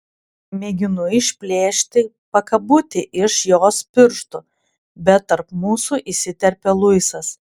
mėginu išplėšti pakabutį iš jos pirštų bet tarp mūsų įsiterpia luisas